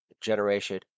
Generation